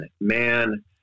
man